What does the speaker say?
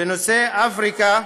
בנושא אפריקה,